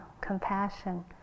compassion